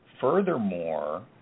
Furthermore